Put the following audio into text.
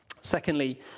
Secondly